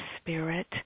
spirit